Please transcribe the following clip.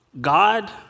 God